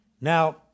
Now